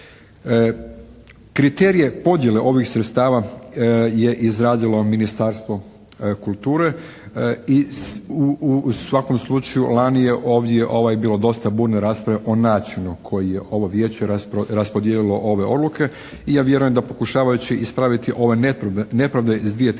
Kriterije podjele ovih sredstava je izradilo Ministarstvo kulture i u svakom slučaju lani je ovdje bilo dosta burne rasprave o načinu koji je ovo Vijeće raspodijelilo ove odluke i ja vjerujem da pokušavajući ispraviti ove nepravde iz